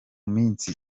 minsi